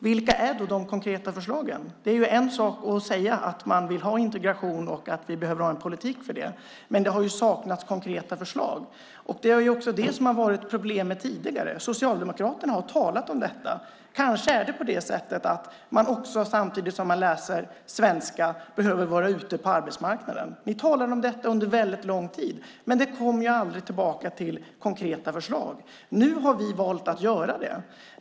Vilka är de konkreta förslagen? Det är en sak att säga att man vill ha integration och att vi behöver ha en politik för det, men det har saknats konkreta förslag. Det har också varit problemet tidigare. Socialdemokraterna har talat om att man kanske behöver vara ute på arbetsmarknaden samtidigt som man läser svenska. Ni talade om detta under lång tid, men det blev aldrig några konkreta förslag. Nu har vi valt att göra detta.